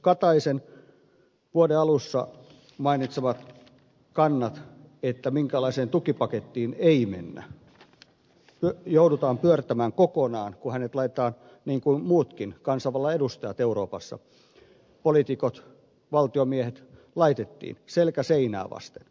kataisen vuoden alussa mainitsemat kannat että minkäänlaiseen tukipakettiin ei mennä joudutaan pyörtämään kokonaan kun hänet laitetaan niin kuin muutkin kansanvallan edustajat euroopassa poliitikot valtiomiehet laitettiin selkä seinää vasten